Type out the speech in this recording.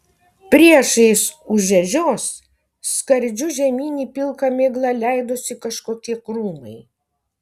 priešais už ežios skardžiu žemyn į pilką miglą leidosi kažkokie krūmai